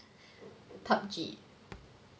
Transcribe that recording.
P_U_B_G